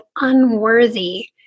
unworthy